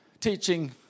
teaching